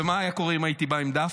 ומה היה קורה אם הייתי בא עם דף?